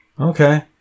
Okay